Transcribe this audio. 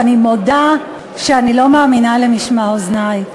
ואני מודה שאני לא מאמינה למשמע אוזני.